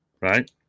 right